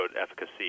efficacy